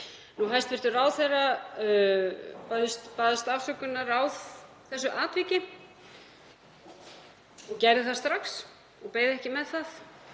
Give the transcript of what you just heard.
Hæstv. ráðherra baðst afsökunar á þessu atviki og gerði það strax og beið ekki með það